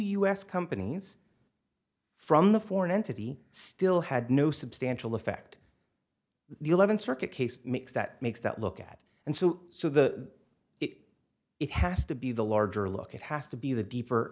s companies from the foreign entity still had no substantial effect the eleventh circuit case makes that makes that look at and so so the it it has to be the larger look it has to be the deeper